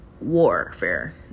warfare